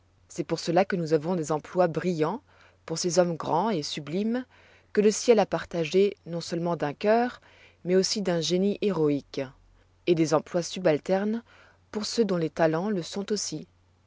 c'est pour cela que nous avons des emplois brillants pour ces hommes grands et sublimes que le ciel a partagés non-seulement d'un cœur mais aussi d'un génie héroïque et des emplois subalternes pour ceux dont les talents le sont aussi